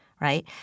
right